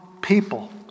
people